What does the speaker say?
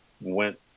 went